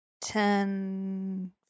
ten